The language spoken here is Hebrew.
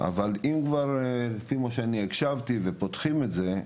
אבל אם כבר הקשבתי ופותחים את זה,